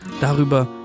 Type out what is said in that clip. darüber